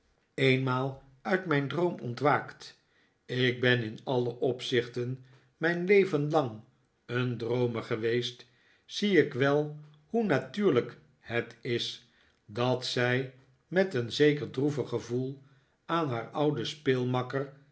eenmaal uit mijn droom ontwaakt ik ben in alle opzichten mijn leven lang een droomer geweest zie ik wel hoe natuurlijk het is dat zij met een zeker droevig gevoel aan haar ouden